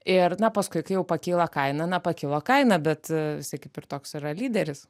ir na paskui kai jau pakyla kaina na pakilo kaina bet jisai kaip ir toks yra lyderis